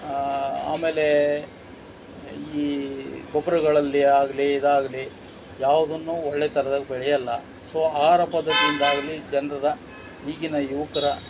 ಆಮೇಲೆ ಈ ಗೊಬ್ಬರಗಳಲ್ಲಿ ಆಗಲಿ ಇದಾಗಲಿ ಯಾವುದನ್ನೂ ಒಳ್ಳೆಯ ಥರದಲ್ಲಿ ಬೆಳೆಯೋಲ್ಲ ಸೊ ಆಹಾರ ಪದ್ಧತಿಯಿಂದಾಗಲಿ ಜನರ ಈಗಿನ ಯುವಕರ